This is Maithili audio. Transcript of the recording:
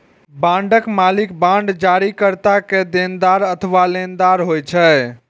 बांडक मालिक बांड जारीकर्ता के देनदार अथवा लेनदार होइ छै